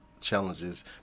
challenges